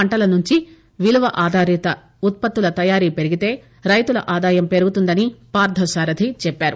పంటల నుంచి విలువ ఆధారిత ఉత్పత్తుల తయారీ పెరిగితే రైతుల ఆదాయం పెరుగుతుందని పార్గసారధి చెప్పారు